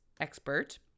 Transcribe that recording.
expert